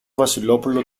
βασιλόπουλο